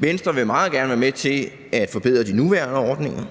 Venstre vil meget gerne være med til at forbedre de nuværende ordninger,